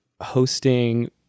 hosting